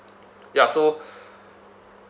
ya so